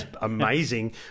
amazing